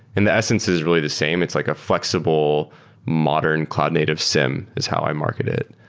and the essence is really the same. it's like a flexible modern cloud native siem is how i market it.